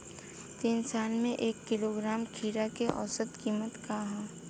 तीन साल से एक किलोग्राम खीरा के औसत किमत का ह?